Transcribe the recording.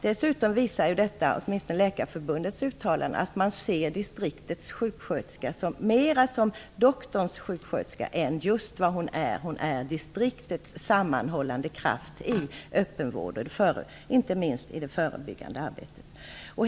Dessutom visar Läkarförbundets uttalande att man ser distriktets sjuksköterska mera som doktorns sjuksköterska än som distriktets sammanhållande kraft i öppenvården, inte minst i det förebyggande arbetet.